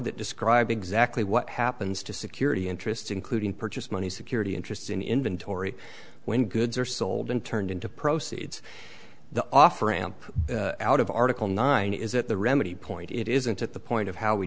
that describe exactly what happens to security interests including purchase money security interest in inventory when goods are sold and turned into proceeds the offer am out of article nine is that the remedy point it isn't at the point of how we